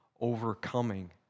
overcoming